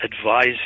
advise